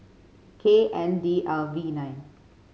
K N D L V nine